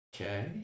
Okay